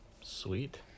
Sweet